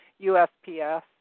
USPS